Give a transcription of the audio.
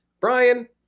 brian